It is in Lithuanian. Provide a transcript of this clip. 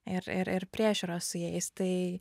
ir ir ir priežiūra su jais tai